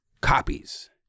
copies